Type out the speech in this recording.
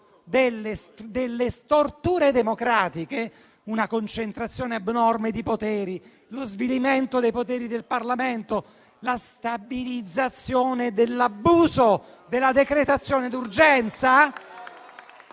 delle storture democratiche, ossia una concentrazione abnorme di poteri, lo svilimento dei poteri del Parlamento, la stabilizzazione dell'abuso della decretazione d'urgenza